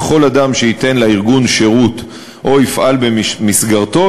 וכל אדם שייתן לארגון שירות או יפעל במסגרתו,